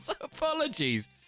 Apologies